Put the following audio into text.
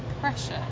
pressure